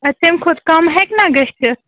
اَدٕ تَمہِ کھۄتہٕ کم ہیٚکہِ نا گٔژھِتھ